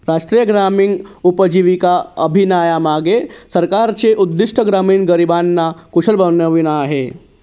राष्ट्रीय ग्रामीण उपजीविका अभियानामागे सरकारचे उद्दिष्ट ग्रामीण गरिबांना कुशल बनवणे आहे